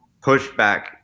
pushback